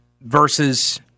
versus